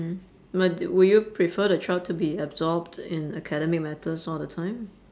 mm but would you prefer the child to be absorbed in academic matters all the time